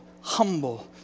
humble